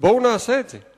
בואו נעשה את זה.